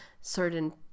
certain